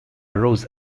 rose